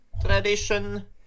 tradition